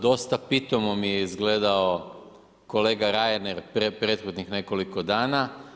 Dosta pitomo mi je izgledao kolega Reiner prethodnih nekoliko danas.